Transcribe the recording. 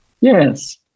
Yes